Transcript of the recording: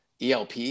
ELP